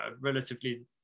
relatively